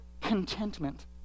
contentment